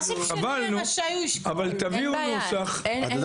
מה ההבדל בין רשאי לבין ישקול?